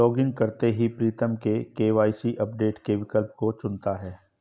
login करते ही Pritam KYC update के विकल्प को चुनता है